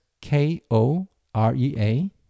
K-O-R-E-A